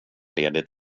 ledigt